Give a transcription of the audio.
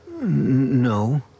No